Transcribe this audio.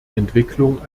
entwicklung